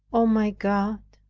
o, my god,